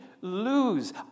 lose